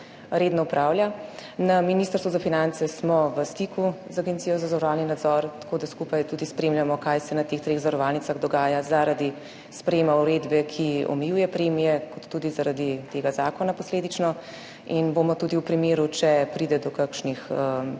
Na Ministrstvu za finance smo v stiku z Agencijo za zavarovalni nadzor, tako da skupaj tudi spremljamo kaj se na teh treh zavarovalnicah dogaja zaradi sprejema uredbe, ki omejuje premije, kot tudi zaradi tega zakona posledično in bomo tudi v primeru, če pride do kakšnih